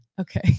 okay